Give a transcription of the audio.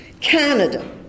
Canada